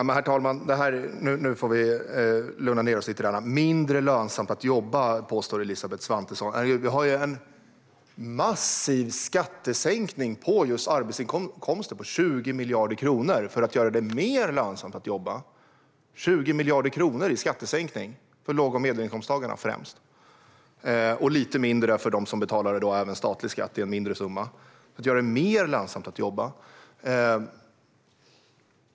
Herr talman! Nu får vi lugna ned oss lite grann. Elisabeth Svantesson påstår att vi gör det mindre lönsamt att jobba. Vi gör ju en massiv skattesänkning med 20 miljarder kronor på just arbetsinkomster för att göra det mer lönsamt att jobba. Det är alltså 20 miljarder i skattesänkningar för främst låg och medelinkomsttagarna. För dem som också betalar statlig skatt blir det en mindre summa. Detta ska göra det mer lönsamt att jobba.